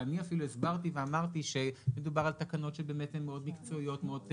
ואני אפילו הסברתי ואמרתי שמדובר על תקנות שהם מקצועיות מאוד,